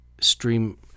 stream